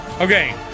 Okay